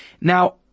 Now